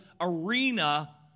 arena